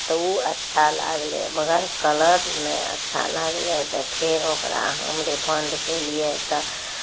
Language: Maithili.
तऽ ओ अच्छा लागलै मगर कलर नहि अच्छा लागलै तऽ फेर ओकरा हम रिफन्ड केलियै तऽ